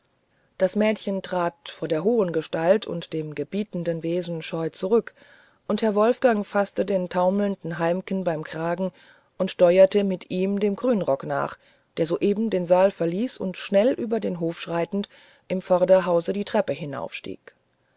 das mädchen trat vor der hohen gestalt und dem gebietenden wesen scheu zurück und herr wolfgang faßte den taumelnden heimken beim kragen und steuerte mit ihm dem grünen nach der soeben den saal verließ und schnell über den hof schreitend im vorderhause die treppe